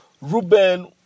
Ruben